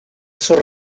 esos